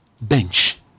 bench